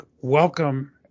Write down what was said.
welcome